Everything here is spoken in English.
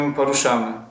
poruszamy